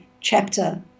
chapter